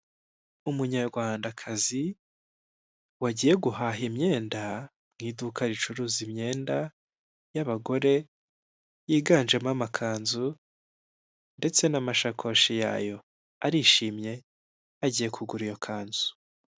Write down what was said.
Umunyarwandakazi wagiye guhaha imyenda mu iduka ricuruza imyenda y'abagore yiganjemo amakanzu ndetse n'amashakoshi yayo, arishimye agiye kugura iyo kanzu.